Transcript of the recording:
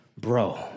Bro